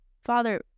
Father